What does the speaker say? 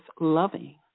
loving